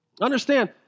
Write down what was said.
Understand